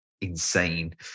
insane